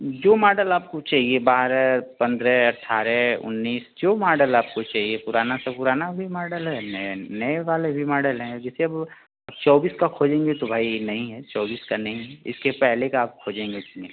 जो माडल आपको चाहिए बारह पंद्रह अट्ठारे उन्नीस जो माडल आपको चहिए पुराना तो पुराना भी माडल है नया नए वाले भी माडल हैं जैसे अब अब चौबिस का खोजेंगे तो भाई नहीं है चौबिस का नहीं है इसके पहले का आप खोजेंगे तो मिल